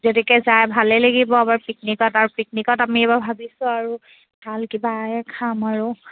যদিকে যায় ভালেই লাগিব আমাৰ পিকনিকত আৰু পিকনিকত আমি এইবাৰ ভাবিছোঁ আৰু ভাল কিবায়ে খাম আৰু